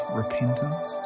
repentance